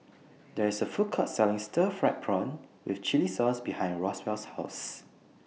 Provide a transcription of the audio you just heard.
There IS A Food Court Selling Stir Fried Prawn with Chili Sauce behind Roswell's House